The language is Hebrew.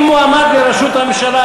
עם מועמד לראשות הממשלה,